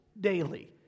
daily